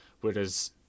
whereas